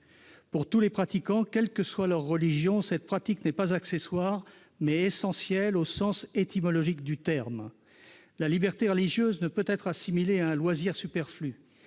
Pour tous les pratiquants, quelle que soit leur religion, cette pratique n'est pas accessoire, mais essentielle, au sens étymologique du terme. La liberté religieuse ne peut être assimilée à un loisir superflu.